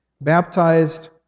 baptized